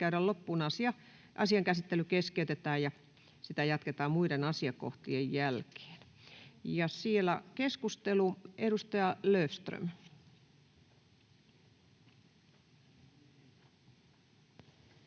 käydä loppuun, asian käsittely keskeytetään ja sitä jatketaan muiden asiakohtien jälkeen. — Keskustelu, edustaja Löfström.